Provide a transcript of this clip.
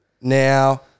Now